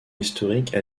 historique